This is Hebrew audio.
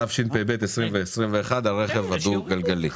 התשפ"ב-2021, על הרכב הדו גלגלי.